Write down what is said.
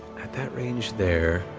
at that range there,